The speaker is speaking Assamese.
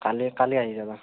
কালি কালি আহি যাবা